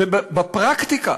ובפרקטיקה,